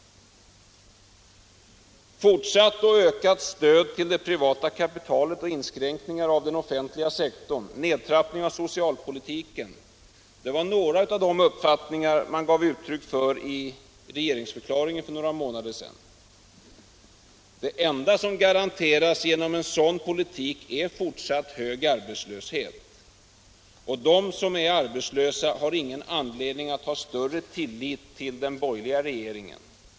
Fortsatt och ökat stöd till det privata kapitalet och inskränkningar av den offentliga sektorn samt nedtrappning av socialpolitiken är några av de uppfattningar som man gav uttryck för i regeringsförklaringen för några månader sedan. Det enda som garanteras genom en sådan politik är fortsatt hög arbetslöshet. De som är arbetslösa har ingen anledning att hysa större tillit till den borgerliga regeringen.